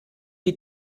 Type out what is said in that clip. die